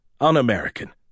Un-American